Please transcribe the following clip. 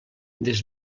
des